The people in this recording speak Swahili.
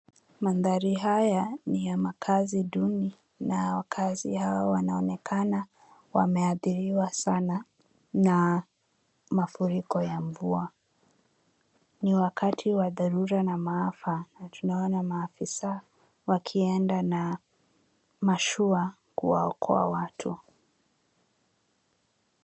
Mandhari haya ni ya makazi duni na wakazi hawa, wanaonekana wameathiriwa sana na mafuriko ya mvua. Ni wakati wa dharura na maafa na tunaona maafisa wakienda na mashua kuwaokoa watu.